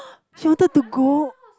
she wanted to go